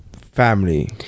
family